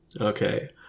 okay